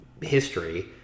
history